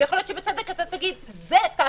ויכול להיות שבצדק אתה תגיד שזה תת-מקלע.